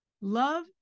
Love